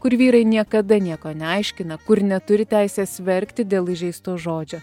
kur vyrai niekada nieko neaiškina kur neturi teisės verkti dėl įžeisto žodžio